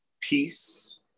peace